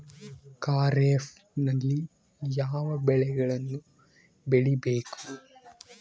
ಖಾರೇಫ್ ನಲ್ಲಿ ಯಾವ ಬೆಳೆಗಳನ್ನು ಬೆಳಿಬೇಕು?